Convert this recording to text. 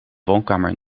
woonkamer